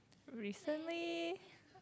recently